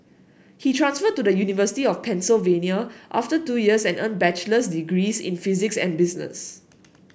he transferred to the University of Pennsylvania after two years and earned bachelor's degrees in physics and business